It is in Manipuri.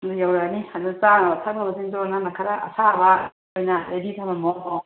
ꯑꯗꯨ ꯌꯧꯔꯛꯑꯅꯤ ꯑꯗꯨ ꯆꯥꯅꯕ ꯊꯛꯅꯕꯁꯤꯡꯗꯣ ꯅꯪꯅ ꯈꯔ ꯑꯁꯥꯕ ꯑꯣꯏꯅ ꯔꯦꯗꯤ ꯊꯝꯃꯝꯃꯣ ꯀꯣ